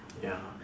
ya